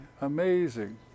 Amazing